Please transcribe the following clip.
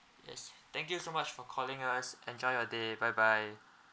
yes thank you so much for calling us enjoy your day bye bye